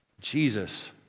Jesus